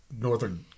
Northern